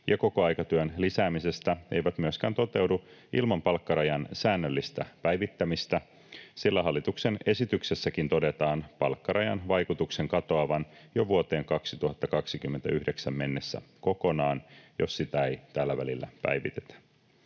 kokoaikatyön lisäämisestä eivät myöskään toteudu ilman palkkarajan säännöllistä päivittämistä, sillä hallituksen esityksessäkin todetaan palkkarajan vaikutuksen katoavan jo vuoteen 2029 mennessä kokonaan, jos sitä ei tällä välillä päivitetä.